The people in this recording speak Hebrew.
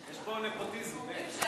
יש פה נפוטיזם, מאיר.